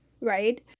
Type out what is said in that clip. right